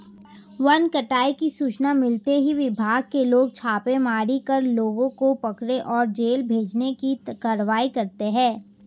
one कटाई की सूचना मिलते ही विभाग के लोग छापेमारी कर लोगों को पकड़े और जेल भेजने की कारवाई करते है